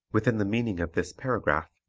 within the meaning of this paragraph,